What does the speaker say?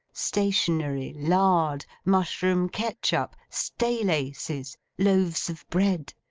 stationery, lard, mushroom-ketchup, staylaces, loaves of bread,